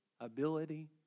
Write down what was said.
ability